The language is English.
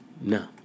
No